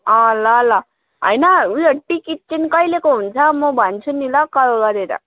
अँ ल ल होइन ऊ यो टिकट चाहिँ कहिलेको हुन्छ म भन्छु नि ल कल गरेर